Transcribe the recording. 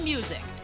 Music